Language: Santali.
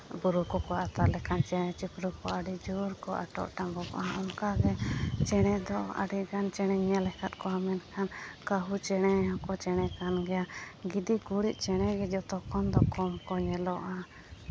ᱵᱩᱨᱩ ᱟᱛᱟᱨ ᱞᱮᱠᱷᱟᱱ ᱥᱮ ᱪᱮᱬᱮ ᱪᱤᱯᱨᱩ ᱠᱚ ᱟᱹᱰᱤ ᱡᱳᱨ ᱠᱚ ᱟᱴᱚᱜ ᱴᱟᱸᱜᱚᱜᱼᱟ ᱚᱱᱠᱟᱜᱮ ᱪᱮᱬᱮ ᱫᱚ ᱟᱹᱰᱤᱜᱟᱱ ᱪᱮᱬᱮᱧ ᱧᱮᱞ ᱟᱠᱟᱫ ᱠᱚᱣᱟ ᱢᱮᱱᱠᱷᱟᱱ ᱠᱟᱺᱦᱩ ᱪᱮᱬᱮ ᱦᱚᱸᱠᱚ ᱪᱮᱬᱮ ᱠᱟᱱ ᱜᱮᱭᱟ ᱜᱤᱫᱤ ᱠᱩᱬᱤᱫ ᱪᱮᱬᱮ ᱜᱮ ᱡᱚᱛᱚᱠᱷᱚᱱ ᱫᱚ ᱠᱚᱢ ᱠᱚ ᱧᱮᱞᱚᱜᱼᱟ